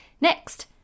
Next